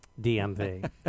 DMV